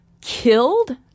killed